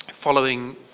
following